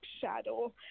shadow